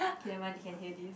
k nevermind they can hear this